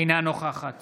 אינה נוכחת